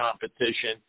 competition